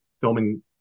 filming